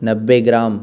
नब्बे ग्राम